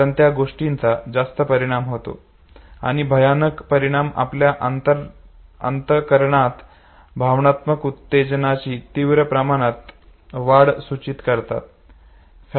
कारण ज्या गोष्टींचा जास्त परिणाम होतो किंवा भयानक परिणाम आपल्या अंतःकरणात भावनात्मक उत्तेजनाची तीव्र प्रमाणात वाढ सूचित करतात